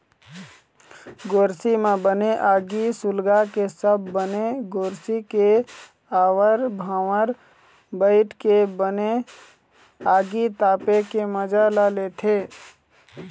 गोरसी म बने आगी सुलगाके सब बने गोरसी के आवर भावर बइठ के बने आगी तापे के मजा ल लेथे